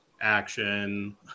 action